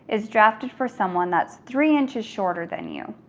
is drafted for someone that's three inches shorter than you.